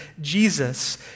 Jesus